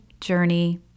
journey